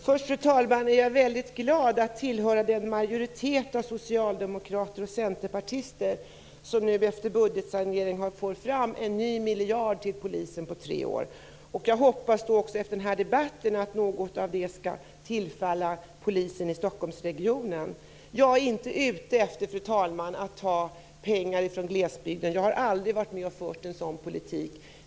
Fru talman! Jag är väldigt glad att höra till den majoritet av socialdemokrater och centerpartister som nu efter budgetsanering får fram en ny miljard till polisen under tre år. Jag hoppas att något av de medlen efter den här debatten skall tillfalla polisen i Fru talman! Jag är inte ute efter att ta pengar från glesbygden. Jag har aldrig varit med och fört en sådan politik.